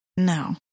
no